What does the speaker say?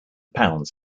pounds